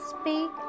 speak